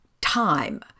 time